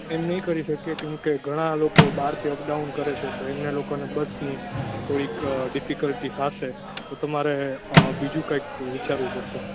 એમ નહીં કરી શકીએ કેમ કે ઘણાં લોકો બહારથી અપ ડાઉન કરે છે તો એમને લોકોને બસની થોડીક ડીફિકલટી થાશે તો તમારે બીજી કાંઇક વિચારવું પડશે